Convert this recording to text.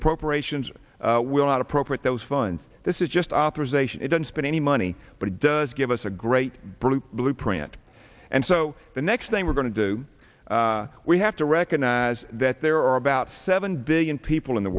appropriations will not appropriate those funds this is just authorization it don't spend any money but it does give us a great blueprint and so the next thing we're going to do we have to recognize that there are about seven billion people in the